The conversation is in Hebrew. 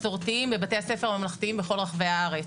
מסורתיים בבתי הספר הממלכתיים בכל רחבי הארץ.